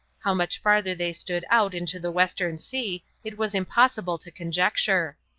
how much farther they stood out into the western sea it was impossible to conjecture.